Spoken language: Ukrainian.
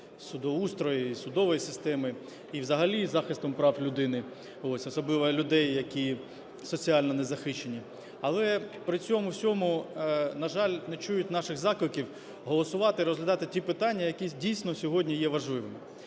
судоустрою, і судової системи, і взагалі захистом прав людини, особливо людей, які соціально незахищені. Але при цьому всьому, на жаль, не чують наших закликів голосувати і розглядати ті питання, які дійсно сьогодні є важливими.